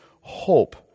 hope